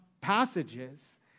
passages